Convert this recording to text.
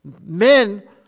Men